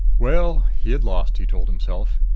well, he had lost, he told himself.